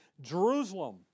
Jerusalem